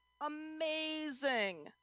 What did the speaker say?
amazing